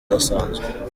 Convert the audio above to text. udasanzwe